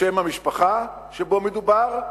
לשם המשפחה שמדובר בו,